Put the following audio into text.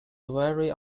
very